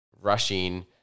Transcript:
rushing